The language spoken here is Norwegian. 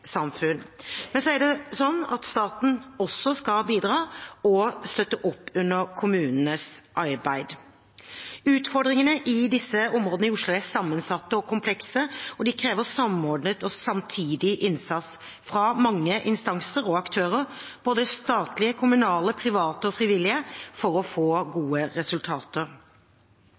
Men også staten skal bidra og støtte opp under kommunenes arbeid. Utfordringene i disse områdene i Oslo er sammensatte og komplekse, og de krever samordnet og samtidig innsats fra mange instanser og aktører, både statlige, kommunale, private og frivillige, for å få gode resultater.